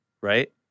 right